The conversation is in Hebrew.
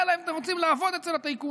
אלא אם כן אתם רוצים לעבוד אצל הטייקונים.